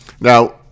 Now